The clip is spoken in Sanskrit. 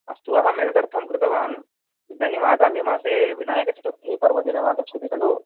अस्तु अहम् एतदर्थं कृतवान् इदानीम् आगामि मासे विनायकचतुर्थीपर्वदिनमागच्छति खलु